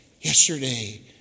Yesterday